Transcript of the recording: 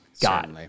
got